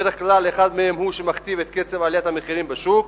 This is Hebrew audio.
בדרך כלל אחד מהם הוא שמכתיב את קצב עליית המחירים בשוק,